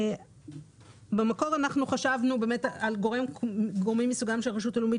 במקור אנחנו חשבנו על גורמים מסוג הרשות הלאומית